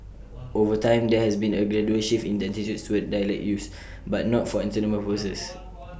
over time there has been A gradual shift in attitudes towards dialect use but not for entertainment purposes